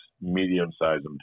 medium-sized